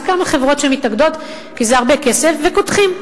זה כמה חברות שמתאגדות, כי זה הרבה כסף, וקודחים.